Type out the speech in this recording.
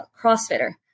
crossfitter